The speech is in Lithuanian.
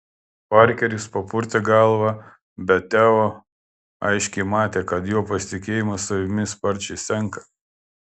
parkeris papurtė galvą bet teo aiškiai matė kad jo pasitikėjimas savimi sparčiai senka